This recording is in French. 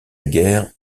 guerre